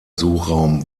suchraum